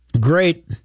great